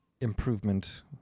improvement